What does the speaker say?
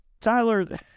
Tyler